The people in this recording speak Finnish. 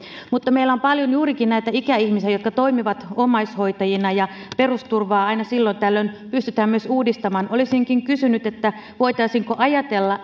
mutta meillä on paljon juurikin näitä ikäihmisiä jotka toimivat omaishoitajina ja pe rusturvaa aina silloin tällöin pystytään myös uudistamaan olisinkin kysynyt voitaisiinko ajatella